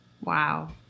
Wow